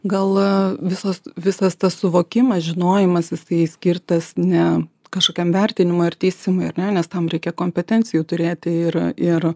gal visas visas tas suvokimas žinojimas tai skirtas ne kažkokiam vertinimui ir teisimui ar ne nes tam reikia kompetencijų turėti ir ir